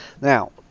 Now